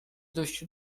dość